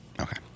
Okay